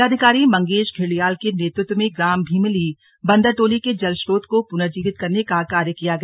जिलाधिकारी मंगेश धिल्डियाल के नेतृत्व में ग्राम भीमली बन्दरतोली के जल स्रोत को पुनर्जीवित करने का कार्य किया गया